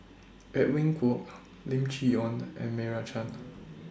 Edwin Koek Lim Chee Onn and Meira Chand